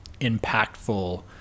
impactful